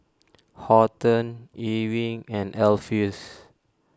Horton Ewing and Alpheus